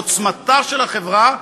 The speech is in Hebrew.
עוצמתה של החברה,